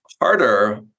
harder